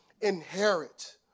inherit